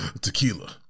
tequila